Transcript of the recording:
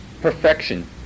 perfection